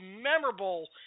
memorable